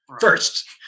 first